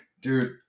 Dude